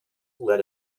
led